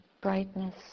brightness